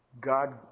God